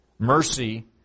Mercy